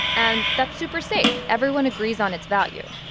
and that's super safe. everyone agrees on its value.